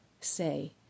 say